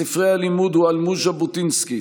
מספרי הלימוד הועלמו ז'בוטינסקי,